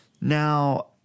Now